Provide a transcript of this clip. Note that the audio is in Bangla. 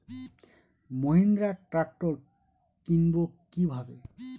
মাহিন্দ্রা ট্র্যাক্টর কিনবো কি ভাবে?